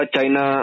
China